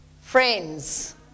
friends